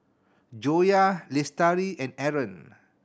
Joyah Lestari and Aaron